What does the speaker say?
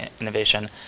innovation